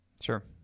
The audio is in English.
Sure